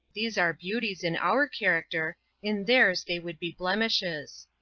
these are beauties in our character in theirs they would be blemishes.